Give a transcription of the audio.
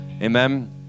Amen